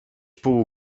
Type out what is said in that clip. pół